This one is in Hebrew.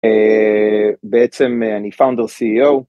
בעצם אני פאונדר CEO.